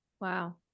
Wow